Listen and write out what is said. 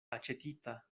aĉetita